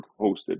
hosted